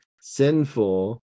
sinful